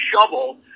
shovel